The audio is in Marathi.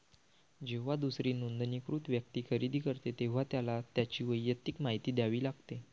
जेव्हा दुसरी नोंदणीकृत व्यक्ती खरेदी करते, तेव्हा त्याला त्याची वैयक्तिक माहिती द्यावी लागते